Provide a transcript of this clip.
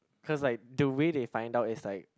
cause like the way they find out is like